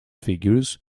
figures